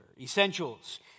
Essentials